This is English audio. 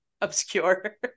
obscure